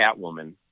Catwoman